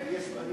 בנים